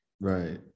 right